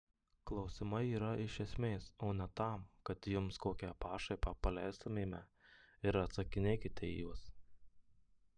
klausimai yra iš esmės o ne tam kad jums kokią pašaipą paleistumėme ir atsakinėkite į juos